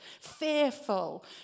fearful